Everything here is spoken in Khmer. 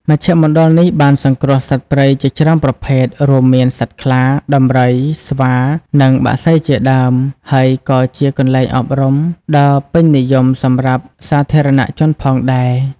មជ្ឈមណ្ឌលនេះបានសង្គ្រោះសត្វព្រៃជាច្រើនប្រភេទ រួមមានសត្វខ្លា ដំរី ស្វា និងបក្សីជាដើម ហើយក៏ជាកន្លែងអប់រំដ៏ពេញនិយមសម្រាប់សាធារណជនផងដែរ។